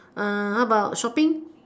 how about shopping